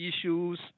issues